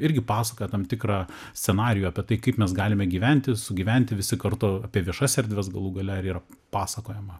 irgi pasakoja tam tikrą scenarijų apie tai kaip mes galime gyventi sugyventi visi kartu apie viešas erdves galų gale ar yra pasakojama